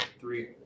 three